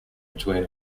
between